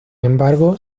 embargo